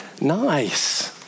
Nice